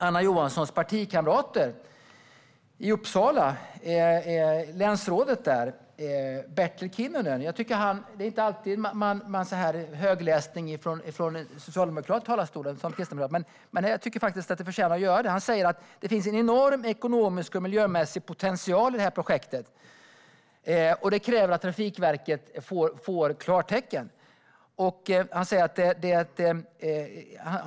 Anna Johanssons partikamrat i Uppsala, länsrådet Bertil Kinnunen säger - det är inte alltid vi i Kristdemokraterna gillar högläsning av vad någon socialdemokrat sagt i talarstolen, men jag tycker faktiskt att det här förtjänar att bli hört - att det finns "en enorm ekonomisk och miljömässig potential i det här projektet", och det kräver att Trafikverket får klartecken att genomföra det.